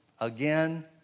again